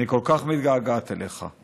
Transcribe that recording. אני כל כך מתגעגעת אליך.